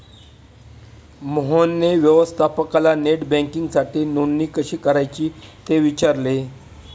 मोहनने व्यवस्थापकाला नेट बँकिंगसाठी नोंदणी कशी करायची ते विचारले